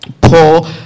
Paul